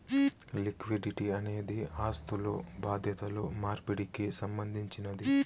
liquidity అనేది ఆస్థులు బాధ్యతలు మార్పిడికి సంబంధించినది